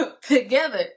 together